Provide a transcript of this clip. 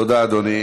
תודה, אדוני.